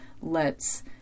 lets